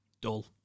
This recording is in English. Dull